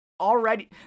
already